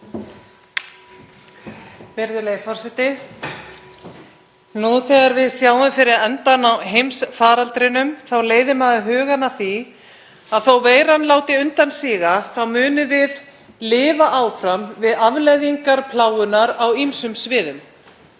Virðulegi forseti. Nú þegar við sjáum fyrir endann á heimsfaraldrinum leiðir maður hugann að því að þótt veiran láti undan síga þá munum við lifa áfram við afleiðingar plágunnar á ýmsum sviðum.